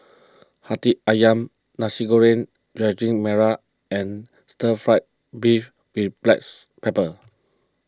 Hati Ayam Nasi Goreng Daging Merah and Stir Fry Beef with Blacks Pepper